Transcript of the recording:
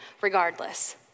regardless